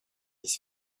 his